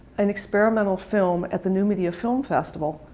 and experimental film at the new media film festival,